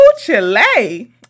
Chile